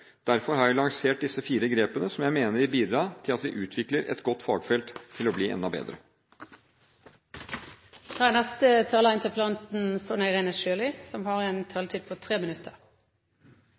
Derfor har jeg lansert de fire grepene som jeg mener vil bidra til at vi utvikler et godt fagfelt til å bli enda bedre. Takk til statsråden for svaret. Det var jo en god del selverkjennelse her – at dette feltet ikke har